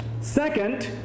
Second